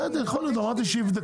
בסדר, יכול להיות, אמרתי שיבדקו.